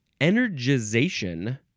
Energization